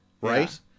Right